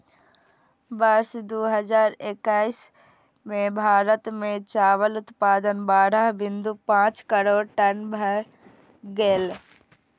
वर्ष दू हजार एक्कैस मे भारत मे चावल उत्पादन बारह बिंदु पांच करोड़ टन भए गेलै